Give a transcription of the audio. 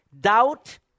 doubt